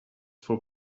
for